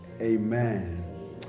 Amen